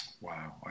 wow